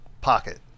pocket